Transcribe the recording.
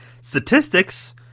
statistics